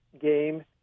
game